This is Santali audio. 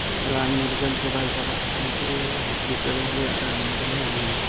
ᱨᱟᱱ ᱢᱩᱨᱜᱟᱹᱱ ᱛᱮ ᱵᱟᱭ ᱪᱟᱵᱟᱜ ᱠᱟᱱᱛᱮ ᱦᱚᱥᱯᱤᱴᱟᱞ ᱨᱮᱭᱟᱜ ᱨᱟᱱ ᱜᱮᱞᱮ ᱟᱹᱜᱩᱭᱮᱫᱟ